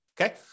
okay